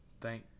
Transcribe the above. Thank